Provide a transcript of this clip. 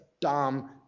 dumb